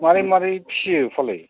माबोरै माबोरै फिसियो फालाय